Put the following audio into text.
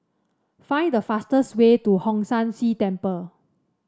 find the fastest way to Hong San See Temple